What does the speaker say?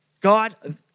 God